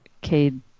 Cade